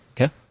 Okay